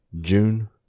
June